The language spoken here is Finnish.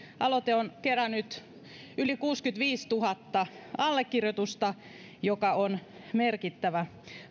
aloite on kerännyt yli kuusikymmentäviisituhatta allekirjoitusta mikä on merkittävä